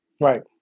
right